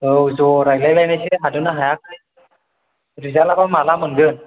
औ ज' रालायलायनोसै हादोंना हायाखै रिजाल्तआबा माब्ला मोनगोन